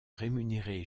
rémunéré